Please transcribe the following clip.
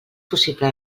possible